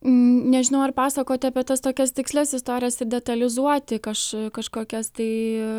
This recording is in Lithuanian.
nežinau ar pasakoti apie tas tokias tikslias istorijas ir detalizuoti kaž kažkokias tai